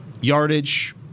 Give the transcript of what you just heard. yardage